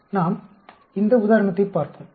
நாம் இந்த உதாரணத்தைப் பார்ப்போம்